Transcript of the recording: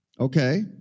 Okay